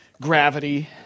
gravity